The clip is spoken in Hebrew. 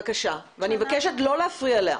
בבקשה, ואני מבקשת לא להפריע לה.